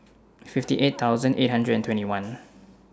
fifty eight thousand eight hundred and twenty one